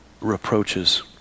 reproaches